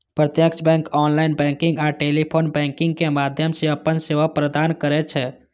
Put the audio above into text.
प्रत्यक्ष bank online banking आ telephone banking के माध्यम सं अपन सेवा प्रदान करै छै